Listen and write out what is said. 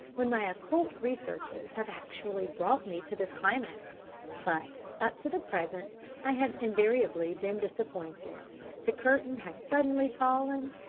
when my occult researches have actually brought me to this climax but up to the present i have invariably been disappointed the curtain has suddenly fallen,